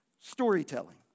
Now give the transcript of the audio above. Storytelling